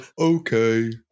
Okay